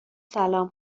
سلام